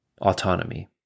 Autonomy